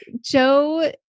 Joe